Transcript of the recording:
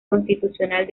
constitucional